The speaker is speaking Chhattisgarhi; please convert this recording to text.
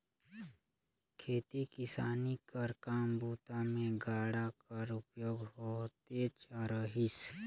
खेती किसानी कर काम बूता मे गाड़ा कर उपयोग होतेच रहिस